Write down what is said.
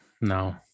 no